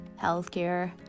healthcare